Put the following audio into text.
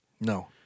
No